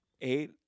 Eight